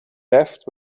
left